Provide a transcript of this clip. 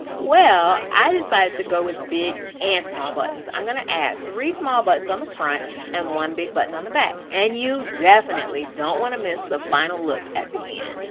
well, i decided to go with big and small buttons. i'm gonna add three small on the front and one big button on the back. and you definitely don't want to miss the final look at the end.